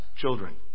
children